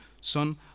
son